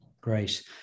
Great